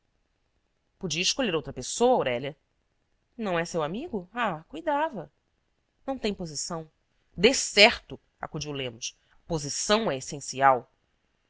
podia escolher outra pessoa aurélia não é seu amigo ah cuidava não tem posição decerto acudiu lemos a posição é essencial